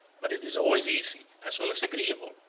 but it is always easy, as well as agreeable,